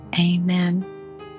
amen